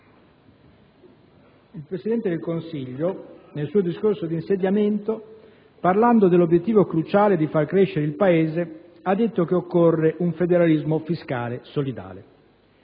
il Presidente del Consiglio, nel suo discorso d'insediamento, parlando dell'obiettivo cruciale di far crescere il Paese, ha detto che occorre un federalismo fiscale solidale.